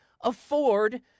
afford